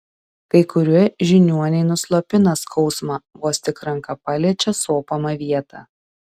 kai kurie žiniuoniai nuslopina skausmą vos tik ranka paliečia sopamą vietą